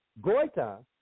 Goita